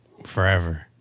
Forever